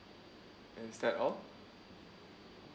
is that all